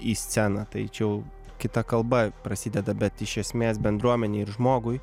į sceną tai čia jau kita kalba prasideda bet iš esmės bendruomenei ir žmogui